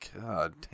god